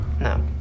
No